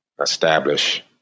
establish